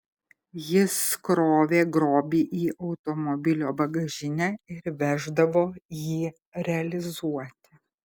jis krovė grobį į automobilio bagažinę ir veždavo jį realizuoti